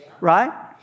right